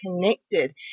connected